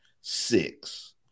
Six